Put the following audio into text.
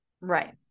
Right